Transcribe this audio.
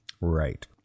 Right